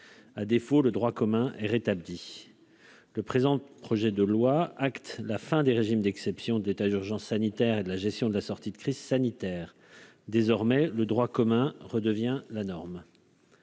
à défaut le droit commun est rétabli le présent projet de loi acte la fin des régimes d'exception d'état d'urgence sanitaire et de la gestion de la sortie de crise sanitaire désormais le droit commun redevient la norme.